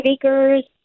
acres